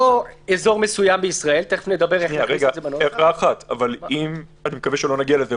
או אזור מסוים בישראל- -- אני מקווה שלא נגיע לזה,